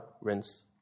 rinse